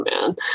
man